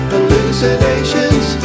Hallucinations